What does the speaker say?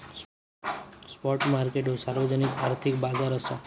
spot market ह्यो सार्वजनिक आर्थिक बाजार असा